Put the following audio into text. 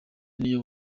n’iyo